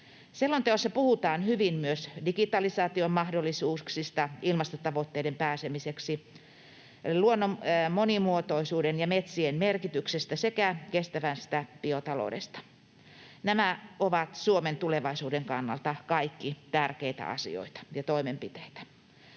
Selonteossa puhutaan hyvin myös digitalisaation mahdollisuuksista ilmastotavoitteisiin pääsemiseksi, luonnon monimuotoisuuden ja metsien merkityksestä sekä kestävästä biotaloudesta. Nämä ovat Suomen tulevaisuuden kannalta kaikki tärkeitä asioita ja toimenpiteitä.